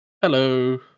hello